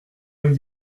vingt